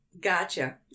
Gotcha